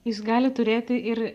jis gali turėti ir